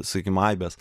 sakykim aibės